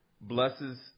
blesses